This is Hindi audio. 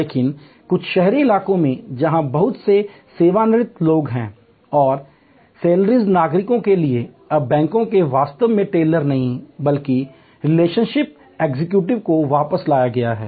लेकिन कुछ शहरी इलाकों में जहां बहुत से सेवानिवृत्त लोग हैं और सेलाइनर नागरिकों के लिए अब बैंकों ने वास्तव में टेलर नहीं बल्कि रिलेशनशिप एक्जीक्यूटिव को वापस लाया है